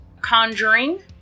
Conjuring